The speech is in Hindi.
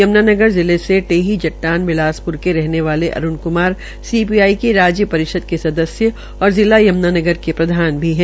यमुनानगर जिले से टोही जट्टान बिलासप्र के रहने वाले अरूण कुमार सीपीआई की राज्य परिषद के सदस्य और जिला यम्नानगर के प्रधान भी है